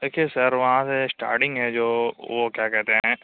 دیکھیے سر وہاں سے اسٹارٹنگ ہے جو وہ کیا کہتے ہیں